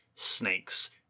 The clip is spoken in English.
Snakes